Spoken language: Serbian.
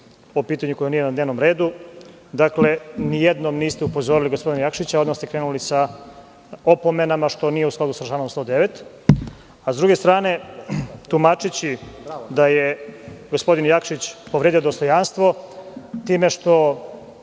o pitanju koje nije na dnevnom redu. Dakle, nijednom niste upozorili gospodina Jakšića. Odmah ste krenuli sa opomenama, što nije u skladu sa članom 109, a sa druge strane tumačeći da je gospodin Jakšić povredio dostojanstvo time što